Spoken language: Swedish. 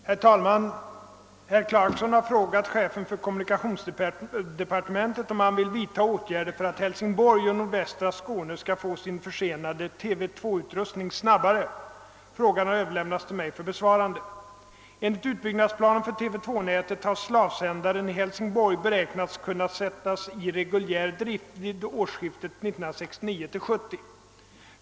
Herr talman! Herr Clarkson har frågat chefen för kommunikationsdepartementet om han vill vidta åtgärder för att Hälsingborg och nordvästra Skåne skall få sin försenade TV 2-utrustning snabbare. Frågan har överlämnats till mig för besvarande. Enligt utbyggnadsplanen för TV 2 nätet har slavsändaren i Hälsingborg beräknats kunna sättas i reguljär drift vid årsskiftet 1969—1970.